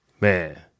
man